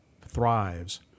thrives